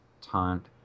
Taunt